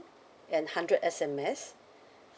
and hundred S_M_S